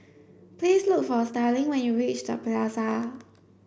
please look for Starling when you reach The Plaza